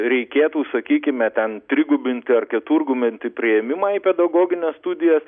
reikėtų sakykime ten trigubinti ar keturgubinti priėmimai į pedagogines studijas